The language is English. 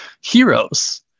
heroes